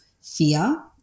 fear